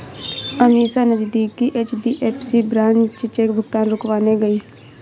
अमीषा नजदीकी HDFC branch में cheque भुगतान रुकवाने गई